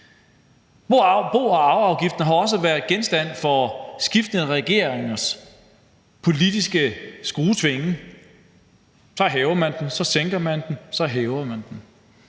Bo- og arveafgiften har jo også været genstand for skiftende regeringers politiske skruetvinge. Så hæver man den, så sænker man den, så hæver man den